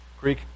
Greek